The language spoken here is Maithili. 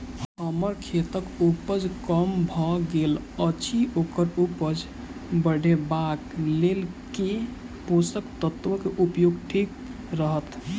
हम्मर खेतक उपज कम भऽ गेल अछि ओकर उपज बढ़ेबाक लेल केँ पोसक तत्व केँ उपयोग ठीक रहत?